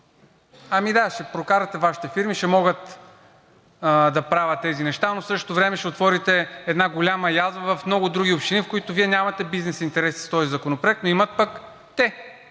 Ами да, ще прокарате Вашите фирми. Ще могат да правят тези неща, но в същото време ще отворите една голяма язва в много други общини, в които Вие нямате бизнес интереси с този законопроект, но имат пък те.